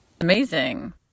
Amazing